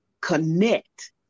connect